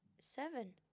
Seven